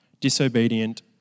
disobedient